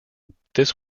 this